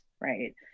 Right